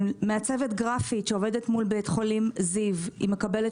מעצבת גרפית שעובדת מול בית החולים זיו מקבלת